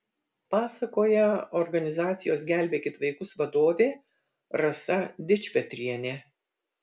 pasakoja organizacijos gelbėkit vaikus vadovė rasa dičpetrienė